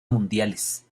mundiales